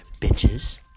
bitches